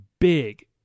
big